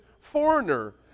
foreigner